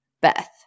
beth